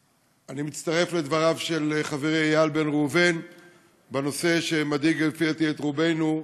אני מצטרף לדבריו של חברי איל בן ראובן בנושא שמדאיג לפי דעתי את רובנו,